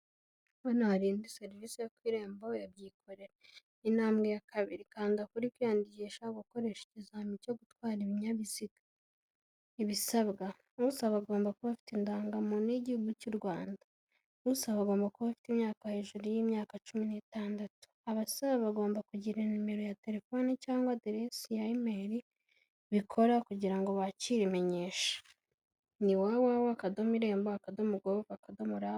Hano hari indi serivisi yo irembo ya "byikorere". Intambwe ya kabiri, ukanda kuri "kwiyandikisha" gukoresha ikizamini cyo gutwara ibinyabiziga. Ibisabwa: Usaba agomba kuba afite indangamuntu y'Igihugu cy'u Rwanda, usaba agomba kuba afite imyaka hejuru y'imyaka cumi ni'itandatu, abasaba bagomba kugira nimero ya telefoni cyangwa aderesi ya emeyili bikora, kugira ngo bakire imenyesha. Ni www.irembo.gov.rw.